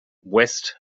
west